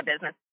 business